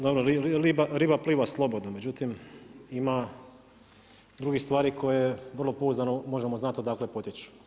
Dobro, riba pliva slobodno, međutim, ima drugih stvari koje vrlo pouzdano možemo znati odakle potiču.